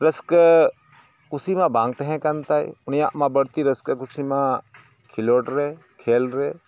ᱨᱟᱹᱥᱠᱟᱹ ᱠᱩᱥᱤᱢᱟ ᱵᱟᱝ ᱛᱮᱦᱮᱸ ᱠᱟᱱᱛᱟᱭ ᱩᱱᱤᱭᱟᱜ ᱢᱟ ᱵᱟᱹᱲᱛᱤ ᱨᱟᱹᱥᱠᱟ ᱠᱩᱥᱤᱢᱟ ᱠᱷᱮᱞᱚᱰᱨᱮ ᱠᱷᱮᱞ ᱨᱮ